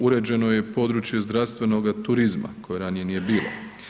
Uređeno je područje zdravstvenoga turizma koje ranije nije bilo.